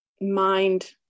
mind